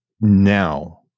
now